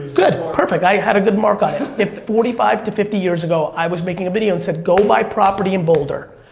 good, perfect. i had a good mark on it. if, forty five to fifty years ago, i was making a video and said, go buy property in boulder.